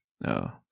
no